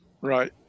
Right